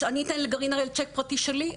אני אתן לגרעין הראל שיק פרטי שלי?